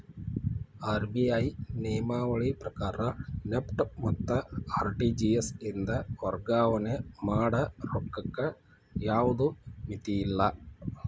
RBI ನಿಯಮಾವಳಿ ಪ್ರಕಾರ NEFT ಮತ್ತ ಆರ್.ಟಿ.ಜಿ.ಎಸ್ ಇಂದ ವರ್ಗಾವಣೆ ಮಾಡ ರೊಕ್ಕಕ್ಕ ಯಾವ್ದ್ ಮಿತಿಯಿಲ್ಲ